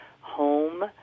home